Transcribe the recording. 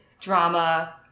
drama